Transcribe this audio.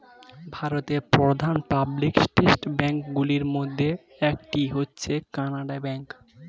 ভারতের প্রধান public sector bank গুলির মধ্যে একটি হচ্ছে কানারা ব্যাঙ্ক